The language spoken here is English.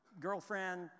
girlfriend